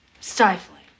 stifling